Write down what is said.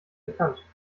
bekannt